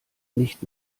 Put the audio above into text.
nicht